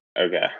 Okay